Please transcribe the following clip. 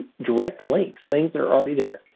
direct links. things that are already there.